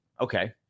okay